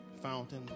Fountain